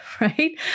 right